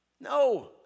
No